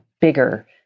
bigger